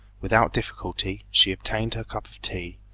without difficulty she obtained her cup of tea,